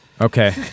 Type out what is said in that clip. Okay